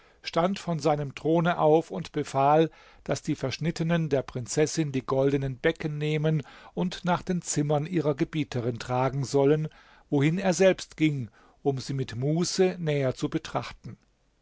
stand von seinem throne auf und befahl daß die verschnittenen der prinzessin die goldenen becken nehmen und nach den zimmern ihrer gebieterin tragen sollen wohin er selbst ging um sie mit muße näher zu betrachten